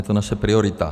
Je to naše priorita.